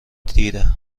دیره